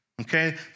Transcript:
Okay